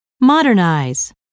modernize